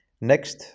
Next